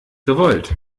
gewollt